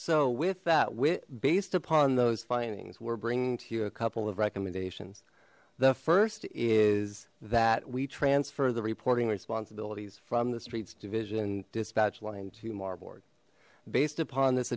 so with that wit based upon those findings we're bringing to you a couple of recommendations the first is that we transfer the reporting responsibilities from the streets division dispatch line to marburg based upon this